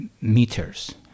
meters